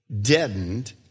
deadened